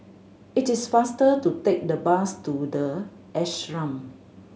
it is faster to take the bus to The Ashram